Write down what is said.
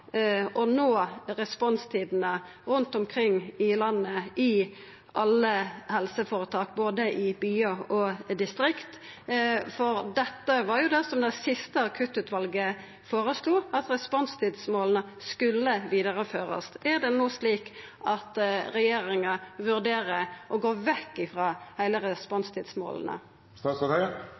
nå responstidene rundt omkring i landet, i alle helseføretak – både i byar og distrikt. Dette var jo det som det siste akuttutvalet føreslo: responstidsmåla skulle førast vidare. Er det no slik at regjeringa vurderer å gå vekk frå responstidsmåla?